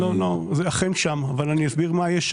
זה אכן שם, אבל אסביר מה יש שם.